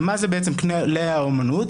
ומה זה בעצם כלי האומנות?